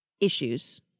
issues